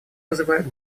вызывает